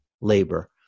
labor